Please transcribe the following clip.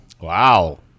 Wow